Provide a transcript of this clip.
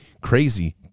crazy